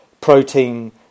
protein